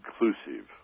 inclusive